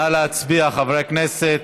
נא להצביע, חברי הכנסת.